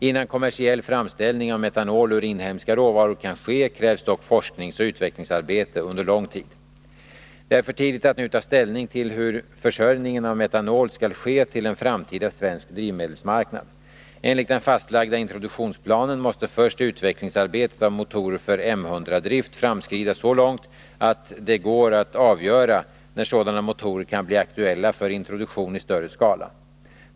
Innan kommersiell framställning av metanol ur inhemska råvaror kan ske krävs dock forskningsoch utvecklingsarbete under lång tid. Det är för tidigt att nu ta ställning till hur försörjningen av metanol skall ske till en framtida svensk drivmedelsmarknad. Enligt den fastlagda introduktionsplanen måste först arbetet med utveckling av motorer för M100-drift framskrida så långt att det går att avgöra när sådana motorer kan bli aktuella för introduktion i större skala.